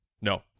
No